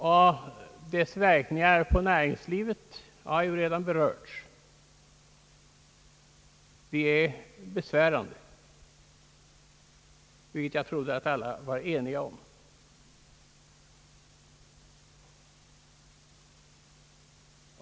Dess besvärande verkningar på näringslivet har redan berörts — jag trodde att alla var eniga på den punkten.